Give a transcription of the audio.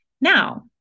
Now